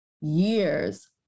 years